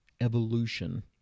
evolution